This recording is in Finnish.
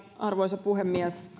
arvoisa puhemies